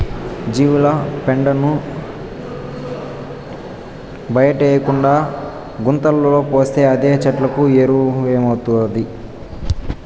జీవాల పెండను బయటేయకుండా గుంతలో పోస్తే అదే చెట్లకు ఎరువౌతాది